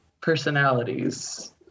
personalities